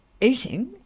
eating